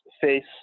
face